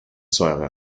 säure